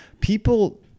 people